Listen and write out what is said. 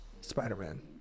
Spider-Man